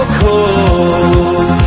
cold